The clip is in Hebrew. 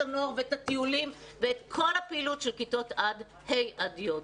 הנוער ואת הטיולים; ואת כל הפעילות של כיתות ה’ י’.